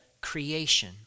creation